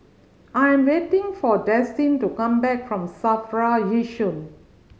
I am waiting for Destin to come back from SAFRA Yishun